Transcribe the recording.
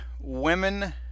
women